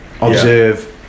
observe